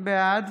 בעד